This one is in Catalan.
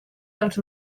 dels